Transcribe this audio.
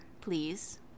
Please